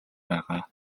байгаа